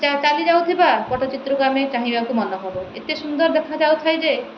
ଚାଲି ଯାଉଥିବା ପଟ୍ଟଚିତ୍ରକୁ ଆମେ ଚାହିଁବାକୁ ମନକରୁ ଏତେ ସୁନ୍ଦର ଦେଖାଯାଉଥାଏ ଯେ